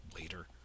later